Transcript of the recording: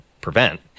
prevent